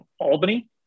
Albany